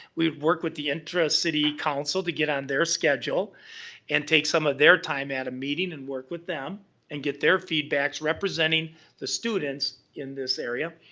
we'd work with the intra-city council to get on their schedule and take some of their time at a meeting and work with them and get their feedbacks, representing the students in this area.